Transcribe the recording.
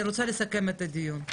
אני רוצה לסכם את הדיון.